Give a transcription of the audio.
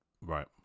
Right